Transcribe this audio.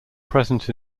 present